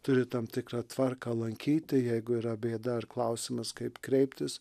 turi tam tikrą tvarką lankyti jeigu yra bėda ar klausimas kaip kreiptis